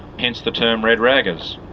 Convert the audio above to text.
hence the term red raggers.